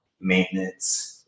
maintenance